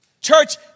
Church